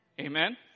Amen